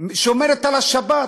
שומרת על השבת,